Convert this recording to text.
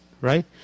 Right